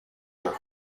your